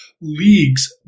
leagues